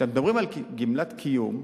כשמדברים על גמלת קיום,